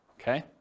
okay